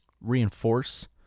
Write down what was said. reinforce